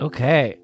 Okay